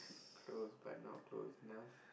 close but not close enough